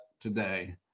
today